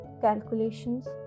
calculations